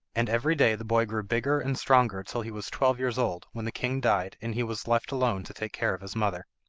and every day the boy grew bigger and stronger till he was twelve years old, when the king died, and he was left alone to take care of his mother.